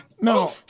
No